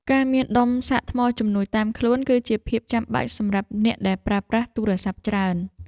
ការមានដុំសាកថ្មជំនួយ តាមខ្លួន គឺជាភាពចាំបាច់សម្រាប់អ្នកដែលប្រើប្រាស់ទូរស័ព្ទច្រើន។